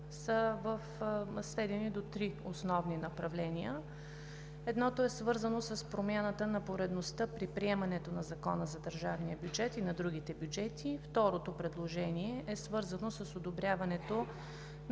са сведени до три основни направления. Едното е свързано с промяната на поредността при приемането на Закона за държавния бюджет и на другите бюджети. Второто предложение е свързано с одобряването